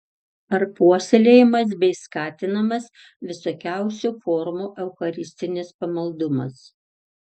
ar puoselėjamas bei skatinamas visokiausių formų eucharistinis pamaldumas